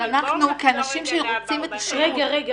אבל אנחנו כאנשים שרוצים את השירות -- רגע,